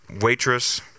waitress